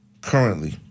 currently